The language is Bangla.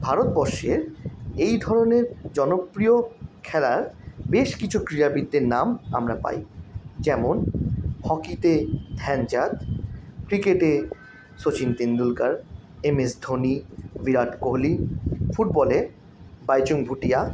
ভারতবর্ষের এই ধরনের জনপ্রিয় খেলার বেশ কিছু ক্রীড়াবিদদের নাম আমরা পাই যেমন হকিতে ধ্যানচাঁদ ক্রিকেটে সচিন তেনডুলকার এম এস ধোনি বিরাট কোহলি ফুটবলে বাইচুং ভুটিয়া